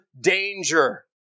danger